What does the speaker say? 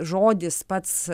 žodis pats